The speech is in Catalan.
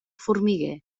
formiguer